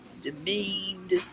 demeaned